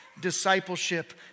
discipleship